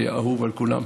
היה אהוב על כולם.